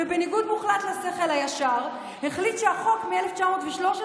ובניגוד מוחלט לשכל הישר החליט שהחוק מ-1913